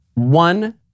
One